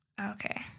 Okay